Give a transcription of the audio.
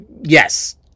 yes